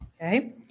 Okay